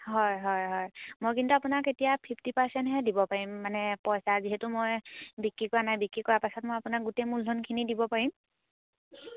হয় হয় হয় মই কিন্তু আপোনাক এতিয়া ফিফটি পাৰ্চেণ্টহে দিব পাৰিম মানে পইচা যিহেতু মই বিক্ৰী কৰা নাই বিক্ৰী কৰাৰ পাছত মই আপোনাক গোটেই মূলধনখিনি দিব পাৰিম